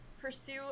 pursue